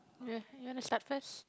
ya you want to start first